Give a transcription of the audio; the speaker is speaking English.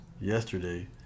Yesterday